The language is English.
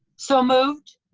so moved.